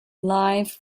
live